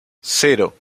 cero